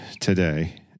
today